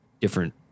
different